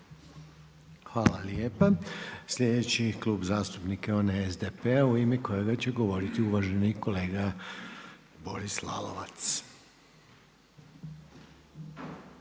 Hvala lijepa. Sljedeći Klub zastupnika je onaj SDP-a u ime kojega će govoriti uvaženi kolega Boris Lalovac.